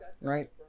right